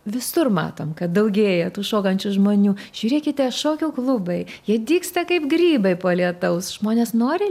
visur matom kad daugėja tų šokančių žmonių žiūrėkite šokių klubai jie dygsta kaip grybai po lietaus žmonės nori